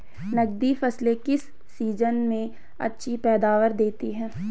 नकदी फसलें किस सीजन में अच्छी पैदावार देतीं हैं?